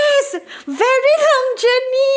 very long journey